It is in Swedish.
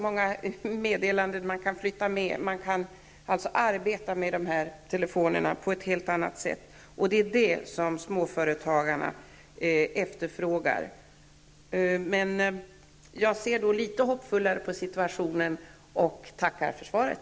Man kan flytta med och arbeta med de här telefonerna på ett helt annat sätt. Det är detta som småföretagarna efterfrågar. Men jag ser nu litet hoppfullare på situationen och tackar för svaret.